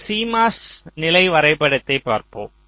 இந்த CMOS நிலை வரைபடத்தைப் பார்ப்போம்